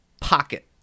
pocket